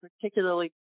particularly